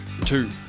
Two